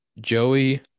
joey